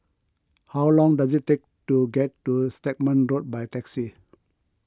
how long does it take to get to Stagmont Road by taxi